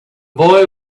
boy